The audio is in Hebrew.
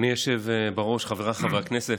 אדוני היושב-ראש, חבריי חברי הכנסת,